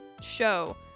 show